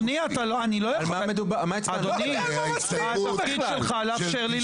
אדוני היועץ המשפטי,